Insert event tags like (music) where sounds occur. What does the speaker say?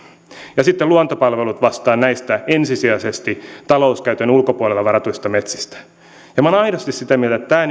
sitten luontopalvelut vastaa näistä ensisijaisesti talouskäytön ulkopuolelle varatuista metsistä minä olen aidosti sitä mieltä että tämä (unintelligible)